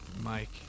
Mike